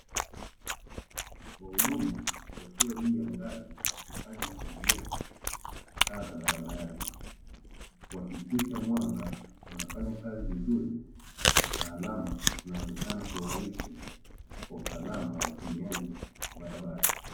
Wahudumu wakiwa juu ya ngazi wakifanya matengenezo taa za barabarani, kuhakikisha mwanga unafanya kazi vizuri na alama zinaonekana kwa urahisi kwa usalama wa watumiaji wa barabara.